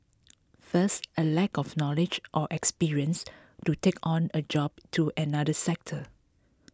first a lack of knowledge or experience to take on a job to another sector